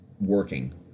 working